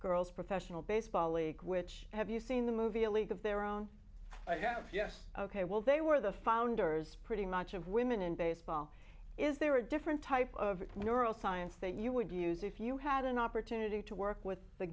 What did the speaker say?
girls professional baseball league which have you seen the movie a league of their own i have yes ok well they were the founders pretty much of women in baseball is there a different type of ural science that you would use if you had an opportunity to work with the